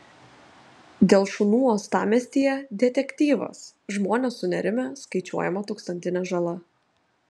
dėl šunų uostamiestyje detektyvas žmonės sunerimę skaičiuojama tūkstantinė žala